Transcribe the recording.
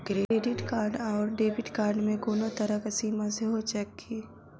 Credit card आओर debit card मे कोनो तरहक सीमा सेहो छैक की?